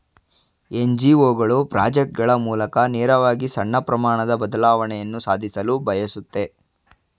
NGO ಗಳು project ಗಳ ಮೂಲಕ ನೇರವಾಗಿ ಸಣ್ಣ ಪ್ರಮಾಣದ ಬದಲಾವಣೆಯನ್ನು ಸಾಧಿಸಲು ಬಯಸುತ್ತೆ